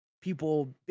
people